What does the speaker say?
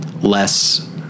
less